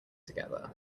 together